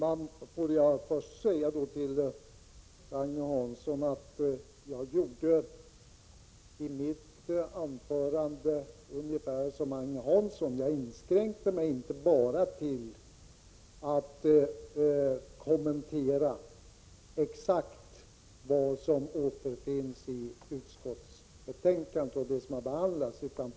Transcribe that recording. Herr talman! I mitt anförande gjorde jag ungefär som Agne Hansson, dvs. jag inskränkte mig inte bara till att kommentera det som har behandlats av utskottet.